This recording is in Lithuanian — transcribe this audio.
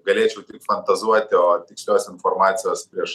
galėčiau fantazuoti o tikslios informacijos prieš